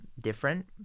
different